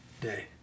day